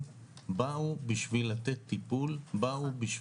גם בקהילה יש אלימות וצריך להקים יח' אבטחה מרחביות,